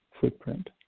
footprint